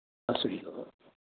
ਸਤਿ ਸ਼੍ਰੀ ਅਕਾਲ